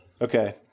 Okay